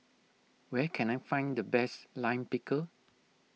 where can I find the best Lime Pickle